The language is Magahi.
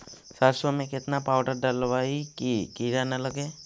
सरसों में केतना पाउडर डालबइ कि किड़ा न लगे?